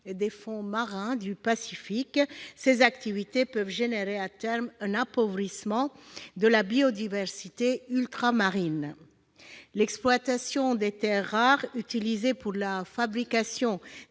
des fonds marins du Pacifique. En effet, ces activités peuvent entraîner à terme un appauvrissement de la biodiversité ultramarine. Aussi, l'exploitation des terres rares, utilisées pour la fabrication